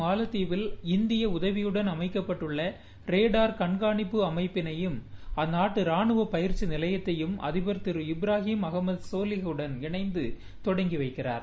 மாலத்தீவில் இந்திய உதவியுடன் அமைக்கப்பட்டுள்ள ரோடார் கண்காணிப்பு அமைப்பினையும் அந்நாட்டு ராணுவ பயிற்சி நிலையத்தையும் அதிபர் இப்ரஹிம் சோலிக்குடன் இணைந்து தொடங்கி வைக்கிறார்